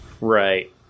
Right